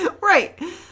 Right